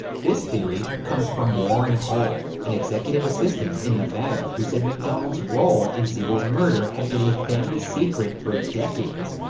this theory comes from warren hull, an executive assistant in nevada who said macdonald's role in siegel's murder had been a family secret for decades.